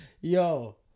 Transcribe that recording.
Yo